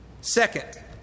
Second